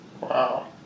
Wow